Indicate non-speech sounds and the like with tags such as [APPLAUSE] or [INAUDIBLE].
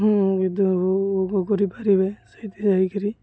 [UNINTELLIGIBLE] କରିପାରିବେ ସେଇଠି ଯାଇକିରି